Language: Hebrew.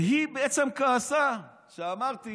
והיא בעצם כעסה שאמרתי